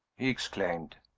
he exclaimed.